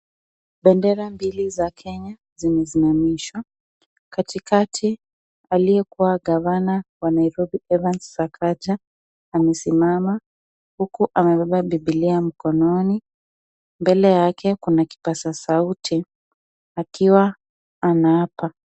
Bendera mbili za Kenya zimesimamishwa. Katikati aliyekuwa gavana wa Nairobi, Evans Sakaja. Amesimama huku amebeba bibilia mikononi. Mbele yake kuna kipaza sauti akiwa, ana apa.